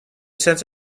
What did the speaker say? sense